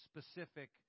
specific